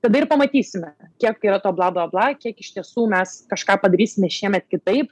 tada ir pamatysime kiek yra to blablabla kiek iš tiesų mes kažką padarysime šiemet kitaip